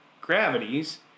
gravities